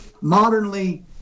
Modernly